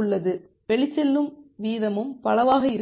உள்ளது வெளிச்செல்லும் வீதமும் பலவாக இருக்கலாம்